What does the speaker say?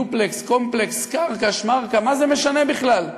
דופלקס, קומפלקס קרקע-שמרקע, מה זה משנה בכלל?